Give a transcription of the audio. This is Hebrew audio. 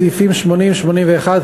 סעיפים 80 ו-81,